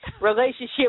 relationship